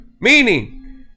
Meaning